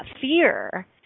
fear